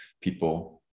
people